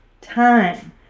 time